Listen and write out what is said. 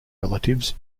relatives